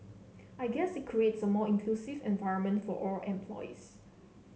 I guess it creates a more inclusive environment for all employees